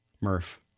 Murph